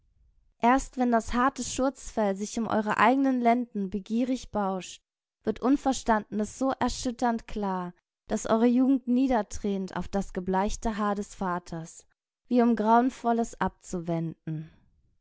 erst wenn das harte schurzfell sich um eure eignen lenden begierig bauscht wird unverstandnes so erschütternd klar dass eure jugend niedertränt auf das gebleichte haar des vaters wie um grauenvolles abzuwenden